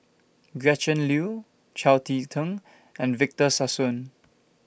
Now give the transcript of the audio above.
Gretchen Liu Chao Tzee Cheng and Victor Sassoon